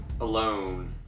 alone